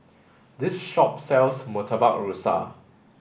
this shop sells Murtabak Rusa